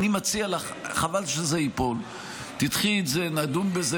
אני מציע לך, חבל שזה ייפול, תדחי את זה, נדון בזה